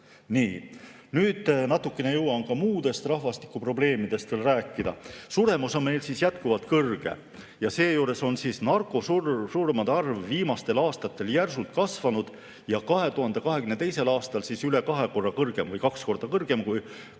jõuan natukene ka muudest rahvastikuprobleemidest veel rääkida. Suremus on meil jätkuvalt kõrge. Seejuures on narkosurmade arv viimastel aastatel järsult kasvanud ja 2022. aastal üle kahe korra kõrgem või kaks korda kõrgem kui